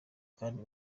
kandi